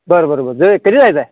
बरं बरं बरं जाऊया कधी जायचं आहे